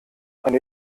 eine